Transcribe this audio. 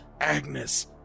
agnes